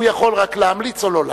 הוא יכול רק להמליץ או לא להמליץ.